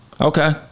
Okay